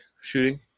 shooting